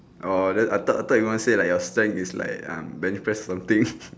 oh then I thought I thought you want to say like your strength is like um benefit something